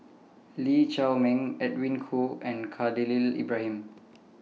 Lee Shao Meng Edwin Koo and Khalil Ibrahim